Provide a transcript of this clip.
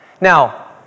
Now